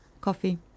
coffee